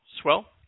swell